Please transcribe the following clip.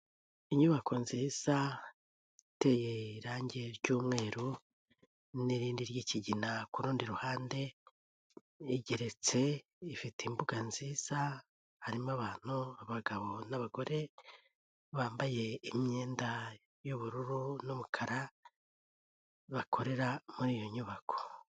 Inyubako nziza iteye irangi ry'umweru n'irindi ry'ikigina ku rundi ruhande igeretse ifite imbuga nziza harimo abantu abagabo, n'abagore bambaye imyenda y'ubururu n'umukara bakorera muri iyo nyubako.